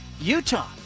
Utah